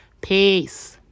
Peace